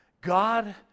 God